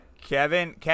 Kevin